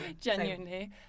genuinely